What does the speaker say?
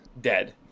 dead